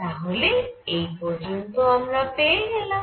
তাহলে এই পর্যন্ত আমরা পেয়ে গেলাম